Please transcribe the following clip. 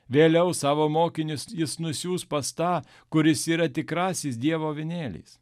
vėliau savo mokinius jis nusiųs pas tą kuris yra tikrasis dievo avinėlis